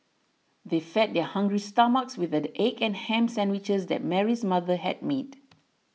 they fed their hungry stomachs with the egg and ham sandwiches that Mary's mother had made